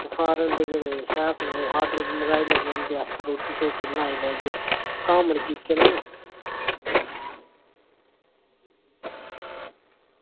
ओह् फॉरेन दे जह्ड़े शेफ न ओह् ऑर्डर उप्पर बी मंगाई लैंदे अस रुट्टी बनाई लैगे कॉमन किचन ऐ ना